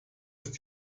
ist